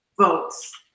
Votes